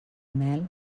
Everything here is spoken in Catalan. mel